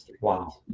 wow